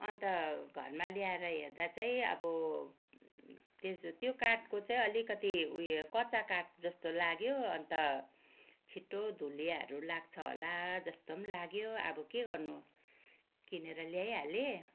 अन्त घरमा ल्याएर हेर्दा चाहिँ अब त्यसो त्यो काठको चाहिँ अलिकति उयो कच्चा काठ जस्तो लाग्यो अन्त छिट्टो धुलियाहरू लाग्छ होला जस्तो पनि लाग्यो अब के गर्नु किनेर ल्याइहालेँ